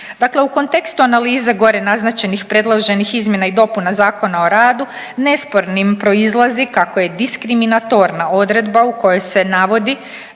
Dakle, u kontekstu analize gore naznačenih predloženih izmjena i dopuna Zakona o radu nespornim proizlazi kako je diskriminatorna odredba u kojoj se navodi